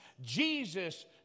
Jesus